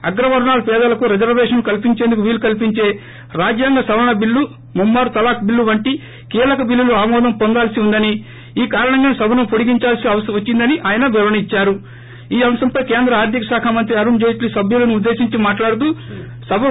అగ్రవర్ణాల పేదలకు రిజర్వేషన్లు కల్పించేందుకు వీలు కల్పించే రాజ్యాంగ సవరణ బిల్లు ముమ్మారు తలాక్ బిల్లు వంటి కీలక బిల్లులు ఆమోదం పొందాల్సి ఉందని ఈ కారణంగాసే సభను పొడిగిందాల్సి వచ్చిందని ఆయన వివరణ ఈ అంశంపై కేంద్ర ఆర్గిక శాఖ మంత్రి అరుణ్ జైట్లీ సభ్యులను ఉద్దేశించి మాట్లాడుతూ సభ ఇద్సారు